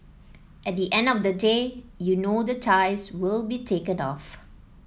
at the end of the day you know the ties will be taken off